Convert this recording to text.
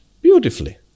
Beautifully